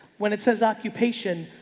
when it says occupation,